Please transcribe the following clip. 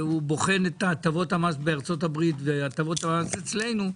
ובוחן את הטבות המס בארצות הברית ואת הטבות המס אצלנו,